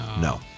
No